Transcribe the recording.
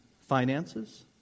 Finances